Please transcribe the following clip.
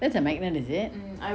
that's a magnet is it